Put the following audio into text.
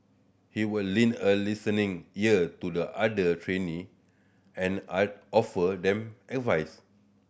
he would lend a listening ear to the other trainee and I offer them advice